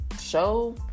show